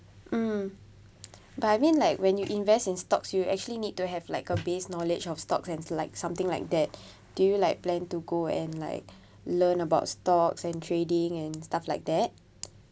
mm but I mean like when you invest in stocks you actually need to have like a base knowledge of stocks and to like something like that do you like plan to go and like learn about stocks and trading and stuff like that (pp0)